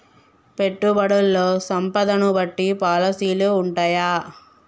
పెట్టుబడుల్లో సంపదను బట్టి పాలసీలు ఉంటయా?